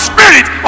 Spirit